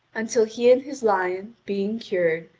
until he and his lion, being cured,